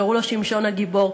קראו לו שמשון הגיבור.